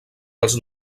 els